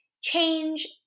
Change